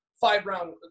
five-round